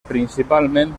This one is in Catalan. principalment